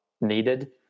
needed